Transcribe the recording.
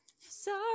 sorry